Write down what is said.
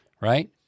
right